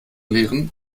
leeren